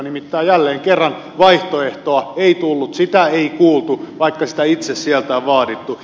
nimittäin jälleen kerran vaihtoehtoa ei tullut sitä ei kuultu vaikka sitä itse sieltä on vaadittu